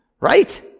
right